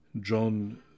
John